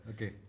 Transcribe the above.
Okay